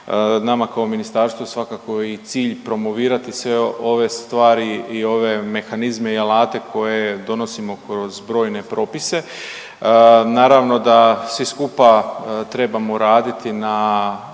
nama kao ministarstvu svakako je i cilj promovirati sve ove stvari i ove mehanizme i alate koje donosimo kroz brojne propise. Naravno da svi skupa trebamo raditi na